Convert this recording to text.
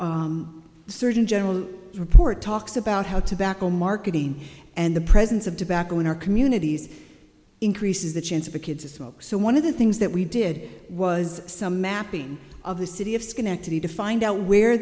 surgeon general report talks about how tobacco marketing and the presence of tobacco in our communities increases the chance for kids to smoke so one of the things that we did was some mapping of the city of schenectady to find out where